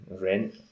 rent